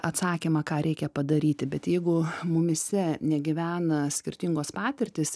atsakymą ką reikia padaryti bet jeigu mumyse negyvena skirtingos patirtys